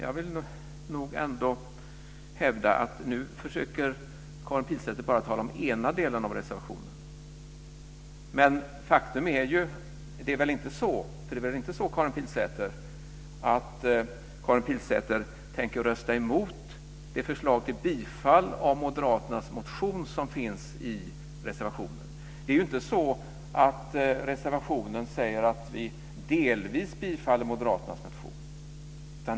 Jag vill nog ändå hävda att nu försöker Karin Pilsäter bara tala om den ena delen av reservationen. Det är väl inte så, Karin Pilsäter, att Karin Pilsäter tänker rösta emot det förslag till bifall av moderaternas motion som finns i reservationen? Det är ju inte så att reservationen säger att man delvis bifaller moderaternas motion.